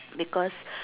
because